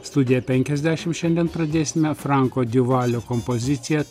studiją penkiasdešim šiandien pradėsime franko diuvalio kompozicija